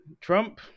Trump